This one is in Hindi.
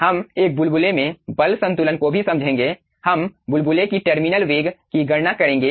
हम एक बुलबुले में बल संतुलन को भी समझेंगे हम बुलबुले की टर्मिनल वेग की गणना करेंगे